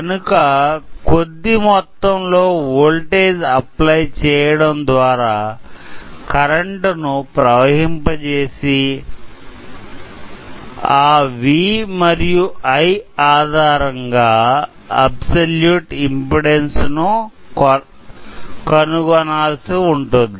కనుక కొద్ధి మొత్తం వోల్టేజ్ అప్లై చేయడం ద్వారా కరెంటును ప్రవహింపచేసి ఆ V మరియు I ఆధారంగా అబ్సొల్యూట్ ఇంపిడెన్సును కనుగొనాల్సిఉంటుంది